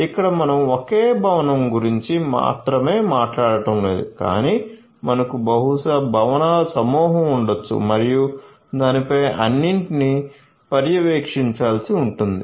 ఇక్కడ మనం ఒకే భవనం గురించి మాత్రమే మాట్లాడటం లేదు కాని మనకు బహుశా భవనాల సమూహం ఉండొచ్చు మరియు దానిపై అన్నింటినీ పర్యవేక్షించాల్సి ఉంటుంది